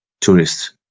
tourists